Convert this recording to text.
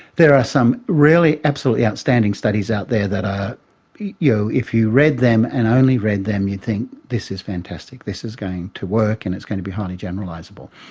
there are some really absolutely outstanding studies out there that you know if you read them and only read them you'd think this is fantastic, this is going to work and it's going to be highly generalisable.